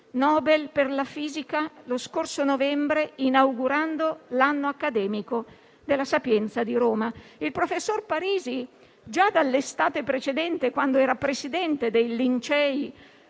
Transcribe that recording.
Nobel per la fisica, lo scorso novembre inaugurando l'anno accademico della Sapienza di Roma. Il professor Parisi, già dall'estate precedente, quando era presidente dei Lincei,